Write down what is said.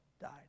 died